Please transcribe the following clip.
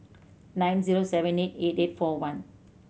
nine zero seven eight eight eight four one